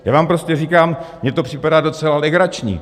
Já vám prostě říkám, mně to připadá docela legrační.